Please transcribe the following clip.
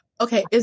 Okay